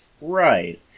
Right